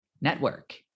Network